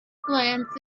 glance